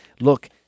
Look